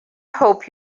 hope